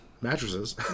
mattresses